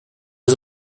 was